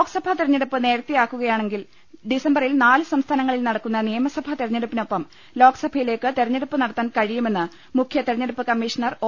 ലോക്സഭാ തെരഞ്ഞെടുപ്പ് നേരത്തെയാക്കുകയാണെങ്കിൽ ഡിസംബറിൽ നാല് സംസ്ഥാനങ്ങളിൽ നടക്കുന്ന നിയമസഭാ തെരഞ്ഞെടുപ്പിനൊപ്പം ലോക്സഭയിലേക്ക് തെരഞ്ഞെടുപ്പ് നട ത്താൻ കഴിയുമെന്ന് മുഖ്യ തെരഞ്ഞെടുപ്പ് കമ്മീഷണർ ഒ